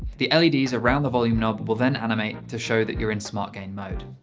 the leds around the volume knob will then animate to show that you are in smargain mode.